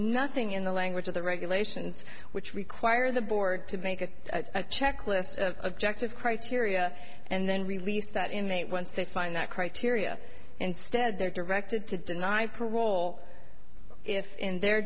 nothing in the language of the regulations which require the board to make a checklist of objective criteria and then release that inmate once they find that criteria instead they're directed to deny parole if in their